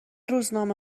روزنامه